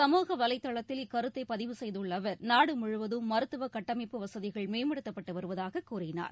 சமூகவலைதளத்தில் இக்கருத்தை பதிவு செய்துள்ள அவர் நாடு முழுவதும் மருத்துவக் கட்டமைப்பு வசதிகள் மேம்படுத்தப்பட்டு வருவதாக கூறினார்